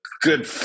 good